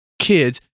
kids